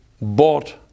bought